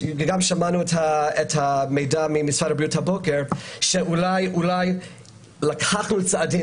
וגם שמענו הבוקר את המידע ממשרד הבריאות - שאולי לקחנו צעדים